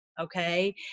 okay